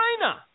china